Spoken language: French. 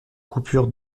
coupure